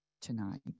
tonight